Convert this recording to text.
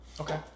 Okay